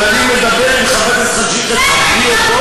אבל עד שמה שאתה, מפגינים, אתה מגנה,